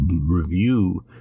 review